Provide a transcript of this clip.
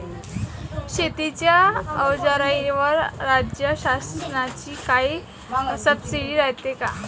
शेतीच्या अवजाराईवर राज्य शासनाची काई सबसीडी रायते का?